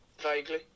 Vaguely